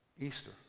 Easter